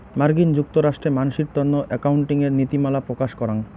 মার্কিন যুক্তরাষ্ট্রে মানসির তন্ন একাউন্টিঙের নীতিমালা প্রকাশ করাং